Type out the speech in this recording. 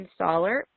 installer